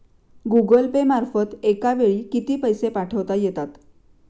Google Pay मार्फत एका वेळी किती पैसे पाठवता येतात?